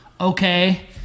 Okay